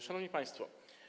Szanowni Państwo!